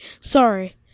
Sorry